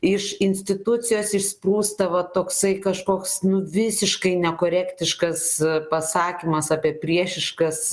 iš institucijos išsprūsta va toksai kažkoks nu visiškai nekorektiškas pasakymas apie priešiškas